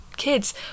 kids